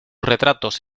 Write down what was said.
retratos